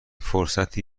فرصتی